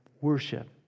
worship